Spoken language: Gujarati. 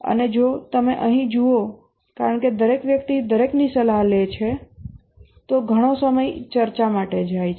અને જો તમે અહીં જુઓ કારણ કે દરેક વ્યક્તિ દરેકની સલાહ લે છે તો ઘણો સમય ચર્ચા માટે છે